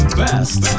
best